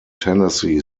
tennessee